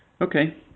Okay